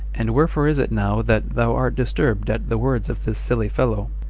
and wherefore is it now that thou art disturbed at the words of this silly fellow?